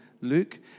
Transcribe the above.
Luke